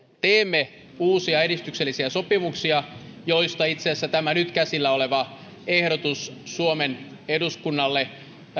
teemme uusia edistyksellisiä sopimuksia joista itse asiassa tämä nyt käsillä oleva ehdotus suomen eduskunnalle